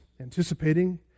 anticipating